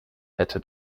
hätte